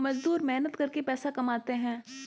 मजदूर मेहनत करके पैसा कमाते है